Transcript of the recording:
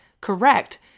correct